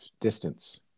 distance